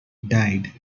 died